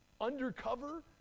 undercover